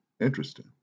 Interesting